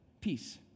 peace